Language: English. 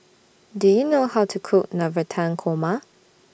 Do YOU know How to Cook Navratan Korma